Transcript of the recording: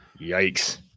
Yikes